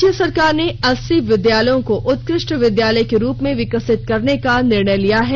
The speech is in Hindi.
राज्य सरकार ने अस्सी विद्यालयों को उत्कृष्ट विद्यालय के रूप में विकसित करने का निर्णय लिया है